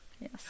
yes